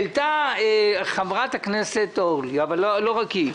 העלתה חברת הכנסת אורית, אבל לא רק היא.